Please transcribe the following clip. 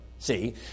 See